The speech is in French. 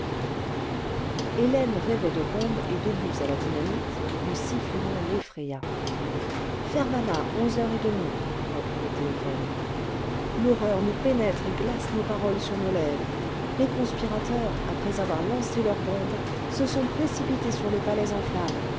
hélène rêvait de bombes et d'obus à la dynamite le sifflement l'effraya ferbana j heures et demie reprit le téléphone l'horreur nous pénètre et glace nos paroles sur nos lèvres les conspirateurs après avoir lancé leurs bombes se sont précipités sur le palais en flammes